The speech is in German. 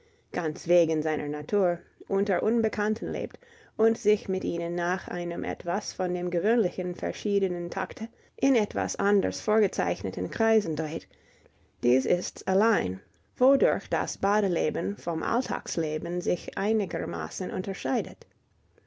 ganz wegen seiner natur unter unbekannten lebt und sich mit ihnen nach einem etwas von dem gewöhnlichen verschiedenen takte in etwas anders vorgezeichneten kreisen dreht dies ist's allein wodurch das badeleben vom alltagsleben sich einigermaßen unterscheidet